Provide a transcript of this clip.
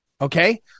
Okay